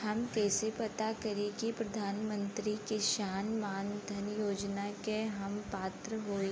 हम कइसे पता करी कि प्रधान मंत्री किसान मानधन योजना के हम पात्र हई?